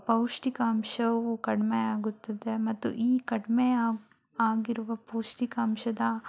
ಪೌಷ್ಟಿಕಾಂಶವು ಕಡಿಮೆ ಆಗುತ್ತದೆ ಮತ್ತು ಈ ಕಡ್ಮೆ ಆಗಿರುವ ಪೌಷ್ಟಿಕಾಂಶದ